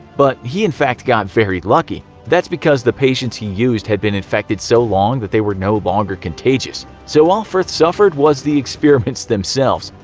but he in fact got very lucky. that's because the patients he used had been infected so long but they were no longer contagious, so all ffirth suffered was the experiments themselves.